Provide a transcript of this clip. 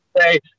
say